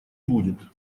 будет